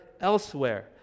elsewhere